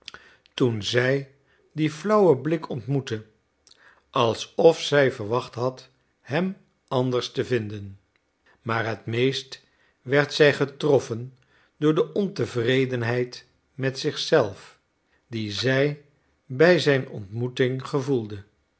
toen zij dien flauwen blik ontmoette alsof zij verwacht had hem anders te vinden maar het meest werd zij getroffen door de ontevredenheid met zich zelf die zij bij zijn ontmoeting gevoelde